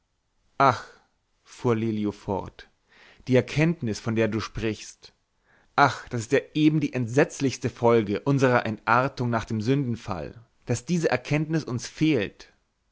lelio fort die erkenntnis von der du sprichst ach das ist ja eben die entsetzlichste folge unserer entartung nach dem sündenfall daß diese erkenntnis uns fehlt